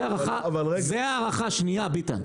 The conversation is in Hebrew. זאת הערכה של שוק הפירות והירקות.